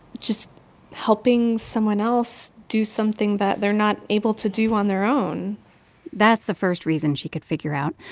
just helping someone else do something that they're not able to do on their own that's the first reason she could figure out.